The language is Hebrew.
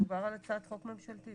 דובר על הצעת חוק ממשלתית.